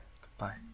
Goodbye